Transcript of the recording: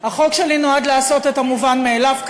החוק שלי נועד לעשות את המובן מאליו,